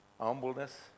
humbleness